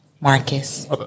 Marcus